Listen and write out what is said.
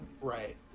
Right